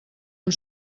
amb